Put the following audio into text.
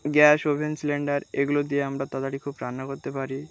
gas oven cylinder এগুলো দিয়ে আমরা তড়ি খুব রান্না কোরতে পারি